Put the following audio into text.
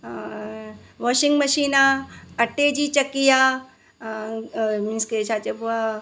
washing machine आहे अटे जी चकी आहे मींस के छा चइबो आहे